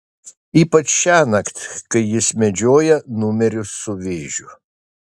ypač šiąnakt kai jis medžioja numerius su vėžiu